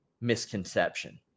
misconception